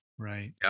Right